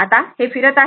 आता हे फिरत आहे